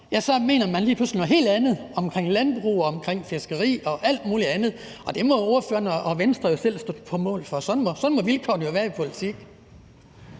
ja, så mener man lige pludselig noget helt andet om landbrug, om fiskeri og om alt muligt andet. Det må ordføreren og Venstre jo selv stå på mål for. Sådan må vilkårene jo være i politik.